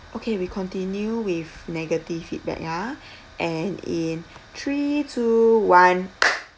okay we continue with negative feedback ah and in three two one